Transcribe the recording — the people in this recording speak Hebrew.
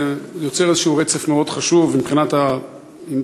זה יוצר איזשהו רצף מאוד חשוב מבחינת האימפקט,